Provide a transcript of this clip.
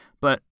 but-